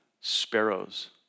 sparrows